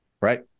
Right